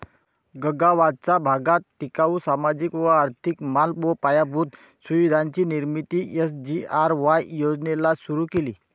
गगावाचा भागात टिकाऊ, सामाजिक व आर्थिक माल व पायाभूत सुविधांची निर्मिती एस.जी.आर.वाय योजनेला सुरु केला